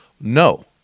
No